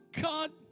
God